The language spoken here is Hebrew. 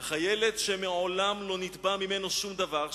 אך הילד שמעולם לא נתבע ממנו שום דבר,